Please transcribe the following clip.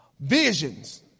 Visions